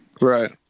right